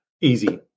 easy